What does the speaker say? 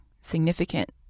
significant